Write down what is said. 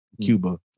Cuba